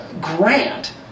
Grant